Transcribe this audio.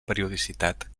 periodicitat